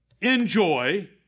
enjoy